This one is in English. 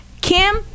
Kim